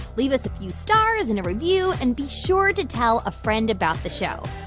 leave us a few stars and a review and be sure to tell a friend about the show.